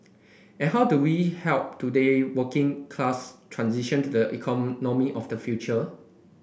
and how do we help today working class transition to the economy of the future